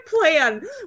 plan